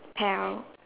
pail